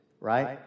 right